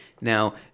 Now